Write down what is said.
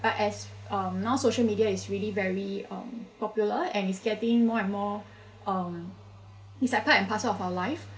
but as um now social media is really very um popular and it's getting more and more um it's like part and parcel of our life